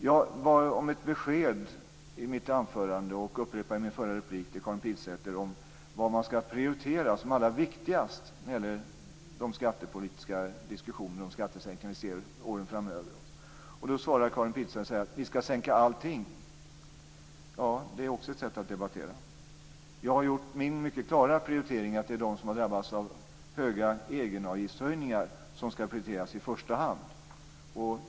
Jag bad i mitt anförande om ett besked, och jag upprepade det i min förra replik till Karin Pilsäter, om vad man skall prioritera som allra viktigast när det gäller de skattepolitiska diskussioner om skattesänkningar vi ser under åren framöver. Karin Pilsäter svarar genom att säga att vi skall sänka allting. Det är också ett sätt att debattera. Jag har gjort min mycket klara prioritering genom att säga att det är de som har drabbats av höga egenavgiftshöjningar som skall prioriteras i första hand.